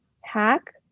hack